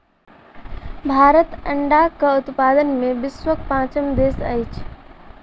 भारत अंडाक उत्पादन मे विश्वक पाँचम देश अछि